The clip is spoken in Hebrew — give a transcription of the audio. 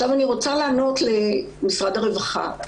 אני רוצה לענות למשרד הרווחה.